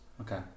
Okay